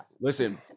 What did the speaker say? Listen